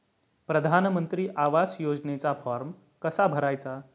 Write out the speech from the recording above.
प्रधानमंत्री आवास योजनेचा फॉर्म कसा भरायचा?